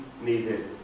needed